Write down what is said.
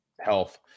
health